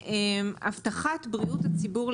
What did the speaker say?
הבטחת בריאות הציבור,